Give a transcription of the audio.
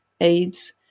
AIDS